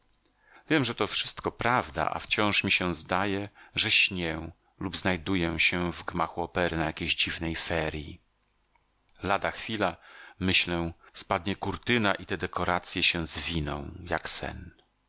wiem że to wszystko prawda a wciąż mi się zdaje że śnię lub znajduję się w gmachu opery na jakiejś dziwnej feerji lada chwila myślę spadnie kurtyna i te dekoracje się zwiną